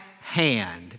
hand